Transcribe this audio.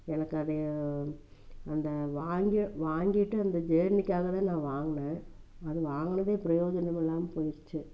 எனக்கு அதையே அந்த வாங்கி வாங்கிட்டு அந்த ஜர்னிக்காகதான் நான் வாங்கினேன் அது வாங்கினதே பிரயோஜனம் இல்லாமல் போயிடுச்சி